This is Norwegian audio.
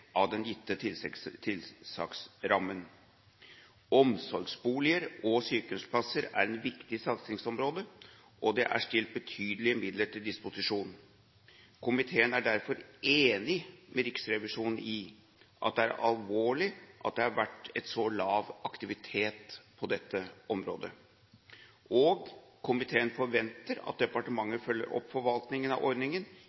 av den gitte tilsagnsrammen. Omsorgsboliger og sykehjemsplasser er et viktig satsingsområde, og det er stilt betydelige midler til disposisjon. Komiteen er derfor enig med Riksrevisjonen i at det er alvorlig at det har vært en så lav aktivitet på dette området, og komiteen forventer at